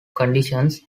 conditions